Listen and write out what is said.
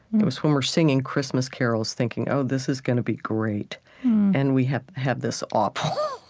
it was when we're singing christmas carols thinking, oh, this is going to be great and we have have this awful,